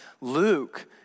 Luke